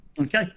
Okay